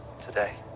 today